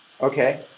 Okay